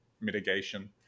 mitigation